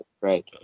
right